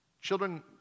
Children